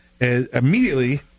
immediately